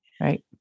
Right